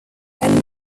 and